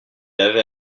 avait